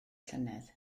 llynedd